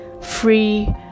free